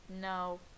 No